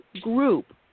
Group